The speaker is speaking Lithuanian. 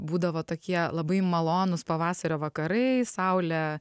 būdavo tokie labai malonūs pavasario vakarai saulė